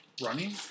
running